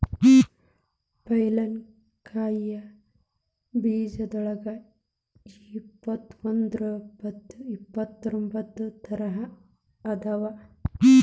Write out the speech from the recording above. pine ಕಾಯಿ ಬೇಜದೋಳಗ ಇಪ್ಪತ್ರೊಂಬತ್ತ ತರಾ ಅದಾವ